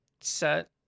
set